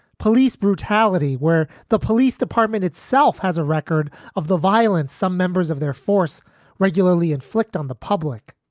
police brutality, where the police department itself has a record of the violence some members of their force regularly inflict on the public.